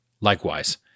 Likewise